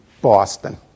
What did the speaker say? Boston